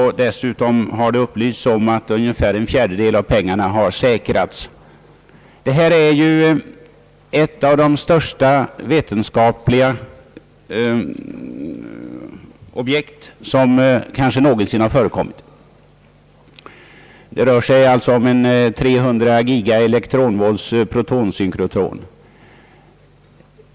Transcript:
Dessutom har det upplysts om att ungefär en fjärdedel av pengarna har säkrats. Detta är ett av de största vetenskapliga objekt som kanske någonsin har förekommit. Det rör sig alltså om en 300 giga-elektronvolts-protosynkrotron.